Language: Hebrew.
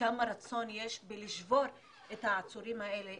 כמה רצון יש בלשבור את העצורים האלה,